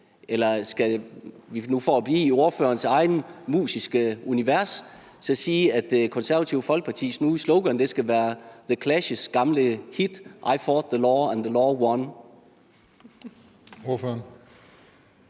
Eller skal vi for nu at blive i ordførerens eget musiske univers så sige, at Det Konservative Folkepartis nye slogan skal være The Clash' gamle hit »I Fought The Law And The Law Won«?